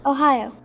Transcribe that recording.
Ohio